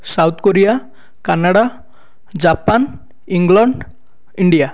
south Korea Canada Japan England India